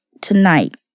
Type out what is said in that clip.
tonight